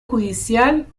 judicial